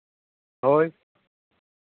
ᱦᱳᱭ